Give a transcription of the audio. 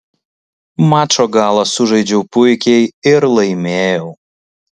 mačo galą sužaidžiau puikiai ir laimėjau